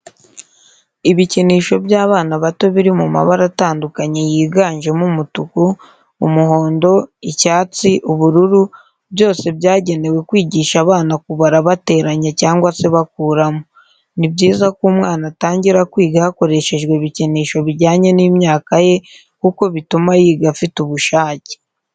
Ibikinisho by'abana bato biri mu mabara atandukanye yiganjemo umutuku, umuhondo, icyatsi, ubururu, byose byagenewe kwigisha abana kubara bateranya cyangwa se bakuramo. Ni byiza ko umwana atangira kwiga hakoreshejwe ibikinisho bijyanye n'imyaka ye kuko bituma yiga afite ubushake.